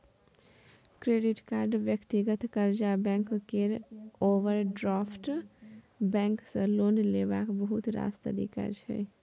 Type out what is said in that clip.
credit card, व्यक्तिगत कर्जा, bank केर ओवरड्राफ्ट बैंक सँ लोन लेबाक बहुत रास तरीका छै